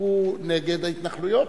הוא נגד ההתנחלויות.